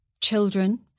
children